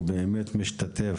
הוא באמת משתתף